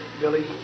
Billy